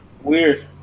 Weird